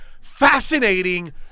Fascinating